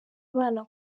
abana